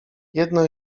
jedno